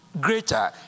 greater